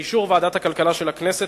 באישור ועדת הכלכלה של הכנסת,